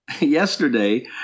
Yesterday